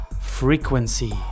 Frequency